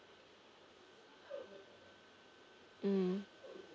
mm